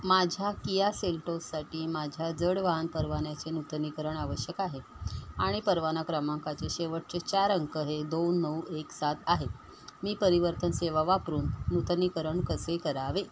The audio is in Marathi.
माझ्या किया सेलटोससाठी माझ्या जड वाहन परवान्याचे नूतनीकरण आवश्यक आहे आणि परवाना क्रमांकाचे शेवटचे चार अंक हे दोन नऊ एक सात आहे मी परिवर्तन सेवा वापरून नूतनीकरण कसे करावे